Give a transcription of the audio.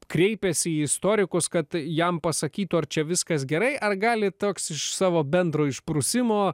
kreipiasi į istorikus kad jam pasakytų ar čia viskas gerai ar gali toks iš savo bendro išprusimo